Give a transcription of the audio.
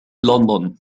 لندن